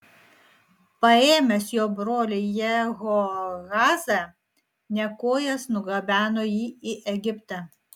paėmęs jo brolį jehoahazą nekojas nugabeno jį į egiptą